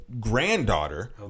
granddaughter